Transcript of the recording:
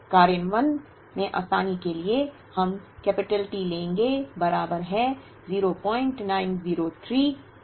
कार्यान्वयन में आसानी के लिए हम T लेंगे बराबर है 0903 के बजाय 09